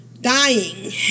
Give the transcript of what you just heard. dying